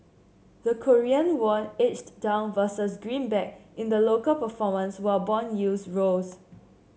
the Korean won edged down versus greenback in the local performance while bond yields rose